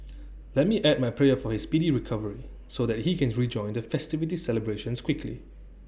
let me add my prayer for his speedy recovery so that he can rejoin the festivity celebrations quickly